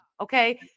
Okay